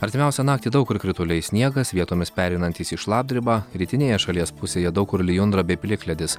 artimiausią naktį daug kur krituliai sniegas vietomis pereinantis į šlapdribą rytinėje šalies pusėje daug kur lijundra bei plikledis